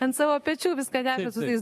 ant savo pečių viską nešat su tais